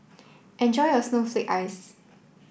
enjoy your snowflake ice